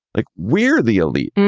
like we're the elite.